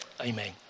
Amen